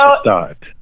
start